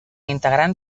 integrant